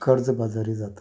कर्ज बाजारी जातात